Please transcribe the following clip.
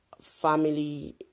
family